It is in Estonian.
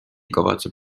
kavatseb